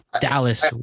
Dallas